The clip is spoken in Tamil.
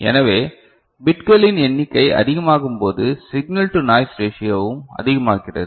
எனவே பிட்களின் எண்ணிக்கை அதிகமாகும் போது சிக்னல் டு நாய்ஸ் ரேஷியோவும் அதிகமாகிறது